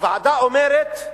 הוועדה אומרת,